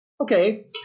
Okay